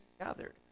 gathered